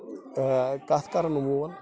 کَتھ کَرَن وول